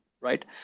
right